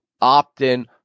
opt-in